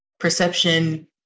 Perception